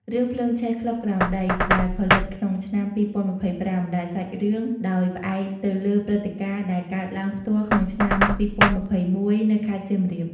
រឿង ភ្លើងឆេះក្លឹបក្រោមដី ដែលផលិតក្នុងឆ្នាំ ២០២៥ ដែលសាច់រឿងដោយផ្អែកទៅលើព្រឹត្តិការណ៍ដែលកើតឡើងផ្ទាល់ក្នុងឆ្នាំ ២០២១ នៅខេត្តសៀមរាប។